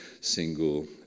single